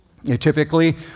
Typically